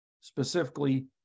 specifically